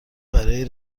برای